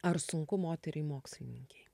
ar sunku moteriai mokslininkei